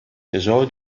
tesoro